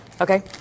Okay